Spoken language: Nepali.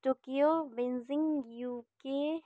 Tokyo Beijing UK